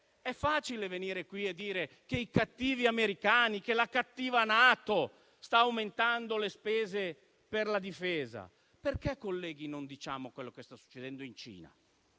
è facile venire qui e dire che i cattivi americani e la cattiva NATO stanno aumentando le spese per la difesa. Perché, colleghi, non diciamo quello che sta succedendo in Cina?